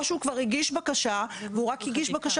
או שהוא כבר הגיש בקשה והוא רק הגיש בקשה